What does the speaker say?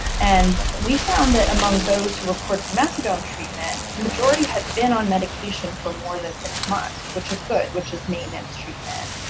and we found that among those who reported methadone treatment, the majority had been on medication for more than six months, which is good, which is maintenance treatment.